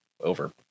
over